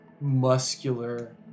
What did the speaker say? muscular